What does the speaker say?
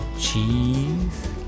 cheese